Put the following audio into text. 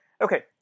Okay